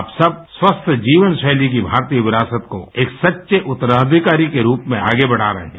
आप सब स्वस्थ जीवनशैली की भारतीय विरासत को एक सच्चे उत्तराधिकारी के रूप में आगे बढ़ा रहे हैं